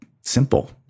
simple